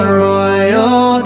royal